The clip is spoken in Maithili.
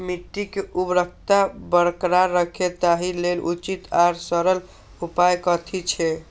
मिट्टी के उर्वरकता बरकरार रहे ताहि लेल उचित आर सरल उपाय कथी छे?